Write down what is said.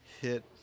hit